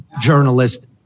journalist